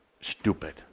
stupid